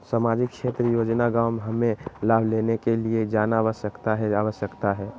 सामाजिक क्षेत्र योजना गांव हमें लाभ लेने के लिए जाना आवश्यकता है आवश्यकता है?